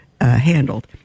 handled